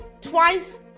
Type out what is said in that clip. twice